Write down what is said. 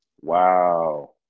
Wow